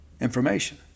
information